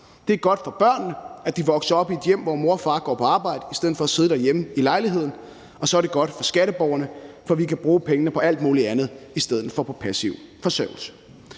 Det er godt for børnene, at de vokser op i et hjem, hvor mor og far går på arbejde i stedet for at sidde derhjemme i lejligheden, og så er det godt for skatteborgerne, for vi kan bruge pengene på alt muligt andet i stedet for på passiv forsørgelse.